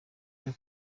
byo